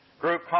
group